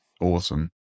Awesome